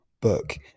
book